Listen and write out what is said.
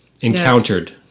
Encountered